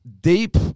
deep